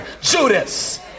Judas